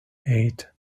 eight